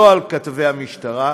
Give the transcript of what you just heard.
ולא כתבי המשטרה,